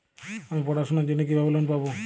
আমি পড়াশোনার জন্য কিভাবে লোন পাব?